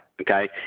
Okay